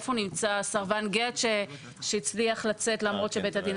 איפה נמצא סרבן גט שהצליח לצאת למרות שבית הדין